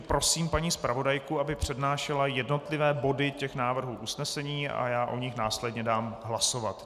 Prosím paní zpravodajku, aby přednášela jednotlivé body návrhů usnesení a já o nich následně dám hlasovat.